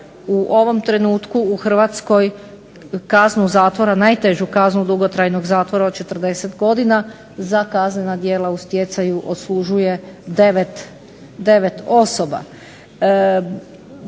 u ovom trenutku u Hrvatskoj najtežu kaznu dugotrajnog zatvora od 40 godina za kaznena djela u stjecaju odslužuje 9 osoba.